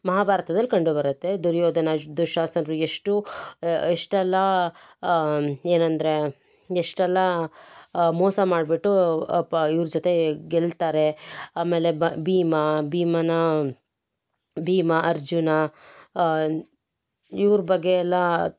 ಮಹಾಭಾರತದಲ್ಲಿ ಕಂಡು ಬರುತ್ತೆ ದುರ್ಯೋಧನ ದುಶ್ಯಾಸನರು ಎಷ್ಟು ಎಷ್ಟೆಲ್ಲ ಏನಂದರೆ ಎಷ್ಟೆಲ್ಲ ಮೋಸ ಮಾಡಿಬಿಟ್ಟು ಇವ್ರ ಜೊತೆ ಗೆಲ್ತಾರೆ ಆಮೇಲೆ ಭೀಮ ಭೀಮನ ಭೀಮ ಅರ್ಜುನ ಇವ್ರ ಬಗ್ಗೆ ಎಲ್ಲ